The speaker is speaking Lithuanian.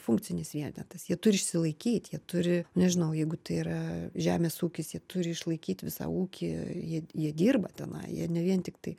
funkcinis vienetas jie turi išsilaikyt jie turi nežinau jeigu tai yra žemės ūkis jie turi išlaikyt visą ūkį jei jie dirba tenai jie ne vien tiktai